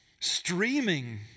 Streaming